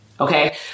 Okay